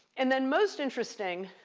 and then most interesting,